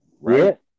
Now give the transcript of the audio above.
Right